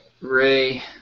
Ray